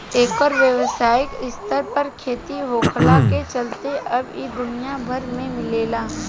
एकर व्यावसायिक स्तर पर खेती होखला के चलते अब इ दुनिया भर में मिलेला